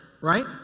right